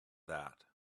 that